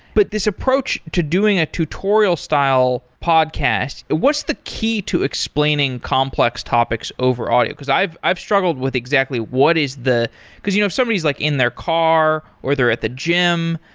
but this approach to doing a tutorial style podcast, what's the key to explaining complex topics over audio? because i've i've struggled with exactly what is the because you know if somebody is like in their car, or they're at the gym,